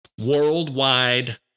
Worldwide